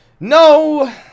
No